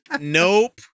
nope